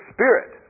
Spirit